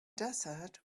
desert